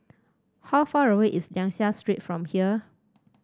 how far away is Liang Seah Street from here